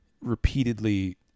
repeatedly